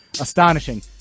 Astonishing